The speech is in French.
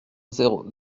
zéro